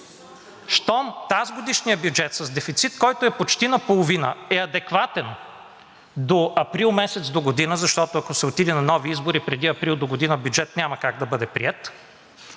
Щом тазгодишният бюджет с дефицит, който е почти наполовина, е адекватен до месец април догодина, защото, ако се отиде на нови избори, преди април догодина бюджет няма как да бъде приет